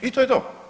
I to je to.